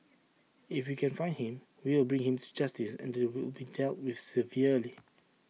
if we can find him we will bring him to justice and he will be dealt with severely